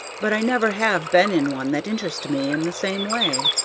but i never have been in one that interested me in the same way.